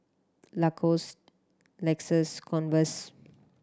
Lacos Lexus Converse